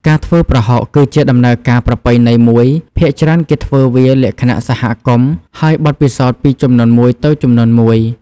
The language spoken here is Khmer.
ការធ្វើប្រហុកគឺជាដំណើរការប្រពៃណីមួយ ភាគច្រើនគេធ្វើវាលក្ខណៈសហគមន៍ ហើយបទពិសោធន៍ពីជំនាន់មួយទៅជំនាន់មួយ។